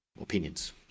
opinions